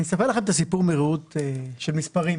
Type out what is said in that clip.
אני אספר לכם את הסיפור מראות של מספרים,